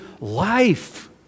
life